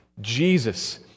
Jesus